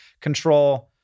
control